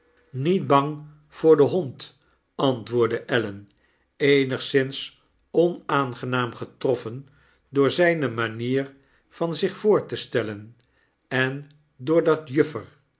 niet bang voor den hondl antwoordde ellen eenigszins onaangenaam getroffen door zijne manier van zich voor te stellen en door dat juffer